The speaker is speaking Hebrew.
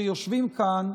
שיושבים כאן,